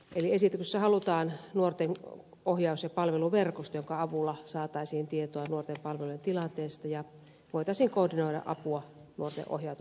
eli esityksessä halutaan nuorten ohjaus ja palveluverkosto jonka avulla saataisiin tietoa nuorten palvelujen tilanteesta ja voitaisiin koordinoida apua nuorten ohjautumiseen palvelujen pariin